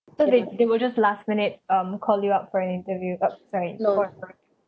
so they they will just last minute um call you up for an interview uh sorry